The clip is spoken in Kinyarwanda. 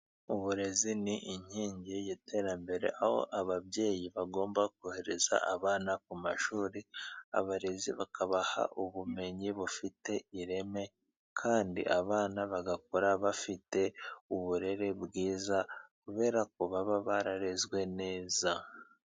Uburezi ni inkingi y'iterambere, aho ababyeyi bagomba kohereza abana ku mashuri abarezi bakabaha ubumenyi bufite ireme, kandi abana bagakura bafite uburere bwiza kubera ko baba bararezwe neza.